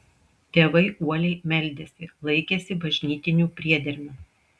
tėvai uoliai meldėsi laikėsi bažnytinių priedermių